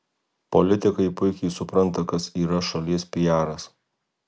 politikai puikiai supranta kas yra šalies piaras